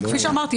כפי שאמרתי,